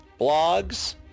blogs